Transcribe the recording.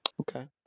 Okay